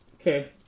Okay